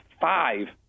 five